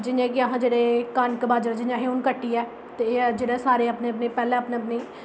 जि'यां की असें जेह्ड़े कनक बाजरे जि'यां हू'न असें कट्टी ऐ सारे अपने अपने मतलब की अपने अपने